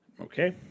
Okay